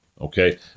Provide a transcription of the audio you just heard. okay